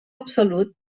absolut